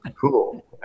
cool